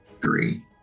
Three